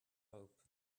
hope